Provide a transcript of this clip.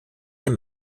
den